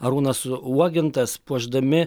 arūnas uogintas puošdami